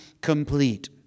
complete